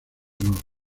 honor